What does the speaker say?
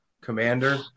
commander